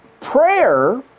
prayer